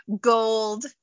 gold